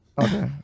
Okay